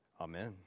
Amen